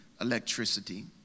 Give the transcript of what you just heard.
electricity